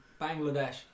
Bangladesh